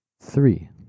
Three